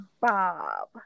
bob